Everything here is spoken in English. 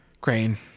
Grain